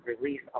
release